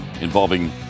involving